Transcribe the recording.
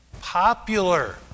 Popular